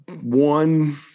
one